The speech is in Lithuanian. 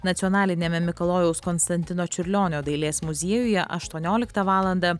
nacionaliniame mikalojaus konstantino čiurlionio dailės muziejuje aštuonioliktą valandą